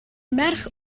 merch